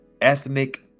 ethnic